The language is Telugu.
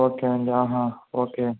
ఓకే నండి ఆహా ఓకే